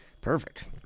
Perfect